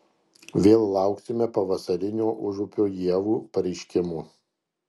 vėl lauksime pavasarinio užupio ievų pareiškimo